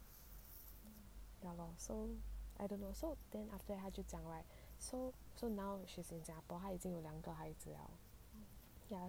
ya lor so I don't know so then after that 她就讲 like so so now she's in 新加坡她已经有两个孩子了